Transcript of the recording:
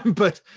but